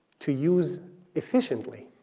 to use efficiently